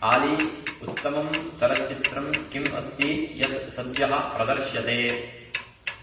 आली उत्तमं चलच्चित्रं किम् अस्ति यत् सद्यः प्रदर्श्यते